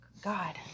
God